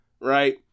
right